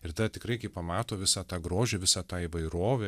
ir tada tikrai kai pamato visą tą grožį visą tą įvairovę